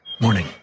Morning